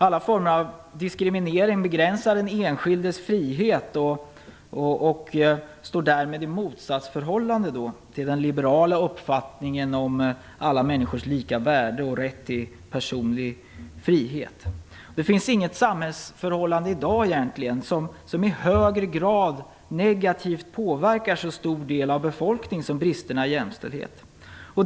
Alla former av diskriminering begränsar den enskildes frihet och står därmed i motsatsförhållande till den liberala uppfattningen om alla människors lika värde och rätt till personlig frihet. Det finns egentligen inget samhällsförhållande som i dag i högre grad negativt påverkar en så stor del av befolkningen som bristerna i jämställdhet.